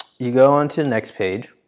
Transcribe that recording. you go into next page.